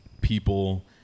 people